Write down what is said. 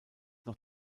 noch